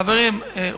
חברים,